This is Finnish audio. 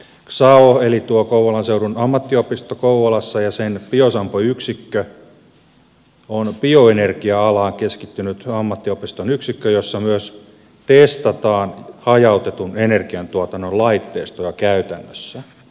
ksao eli kouvolan seudun ammattiopisto kouvolassa ja sen biosampo yksikkö on bioenergia alaan keskittynyt ammattiopiston yksikkö jossa myös testataan hajautetun energiantuotannon laitteistoja käytännössä